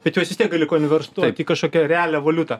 bet juo vis tiek gali konvertuot į kažkokią realią valiutą